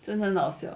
真的很冷 sale